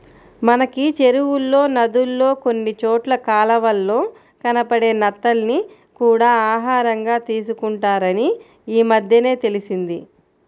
మనకి చెరువుల్లో, నదుల్లో కొన్ని చోట్ల కాలవల్లో కనబడే నత్తల్ని కూడా ఆహారంగా తీసుకుంటారని ఈమద్దెనే తెలిసింది